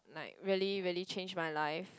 like really really changed my life